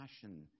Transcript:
passion